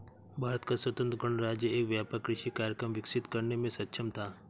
भारत का स्वतंत्र गणराज्य एक व्यापक कृषि कार्यक्रम विकसित करने में सक्षम था